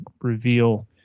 reveal